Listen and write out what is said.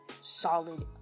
solid